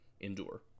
endure